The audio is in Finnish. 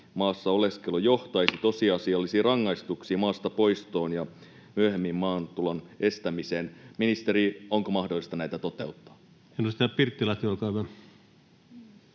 tosiasiallisiin rangaistuksiin, maastapoistoon ja myöhemmin maahantulon estämiseen. Ministeri, onko mahdollista näitä toteuttaa? Edustaja Pirttilahti, olkaa hyvä.